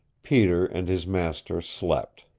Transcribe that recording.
peter and his master slept.